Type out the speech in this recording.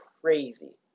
crazy